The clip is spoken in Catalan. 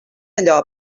allò